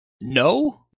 No